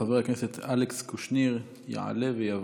חבר הכנסת אלכס קושניר יעלה ויבוא.